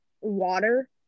water